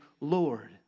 Lord